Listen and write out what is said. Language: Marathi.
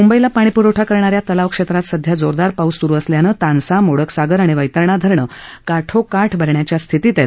मुंबईला पाणीप्रवठा करणा य़ा तलावक्षेत्रात सध्या जोरदार पाऊस स्रु असल्यानं तानसा मोडक सागर आणि वप्तरणा धरणं काठोकाठ भरण्याच्या स्थितीत आहेत